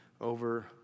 over